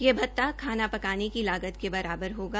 यह भत्ता खाना पकाने की लागत के बराबर होगा